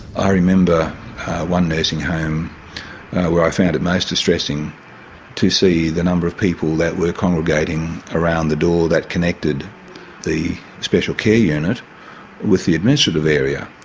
ah remember one nursing home where i found it most distressing to see the number of people that were congregating around the door that connected the special care unit with the administrative area.